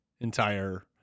entire